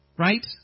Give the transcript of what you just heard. Right